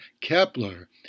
Kepler